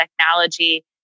technology